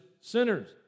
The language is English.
sinners